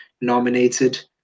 nominated